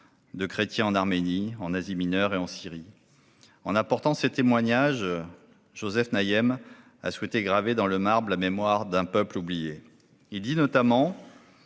de chrétiens en Arménie, en Asie Mineure et en Syrie. En apportant ces témoignages, Joseph Naayem a souhaité graver dans le marbre la mémoire d'un peuple oublié. Il dit notamment